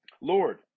Lord